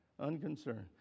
unconcerned